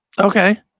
Okay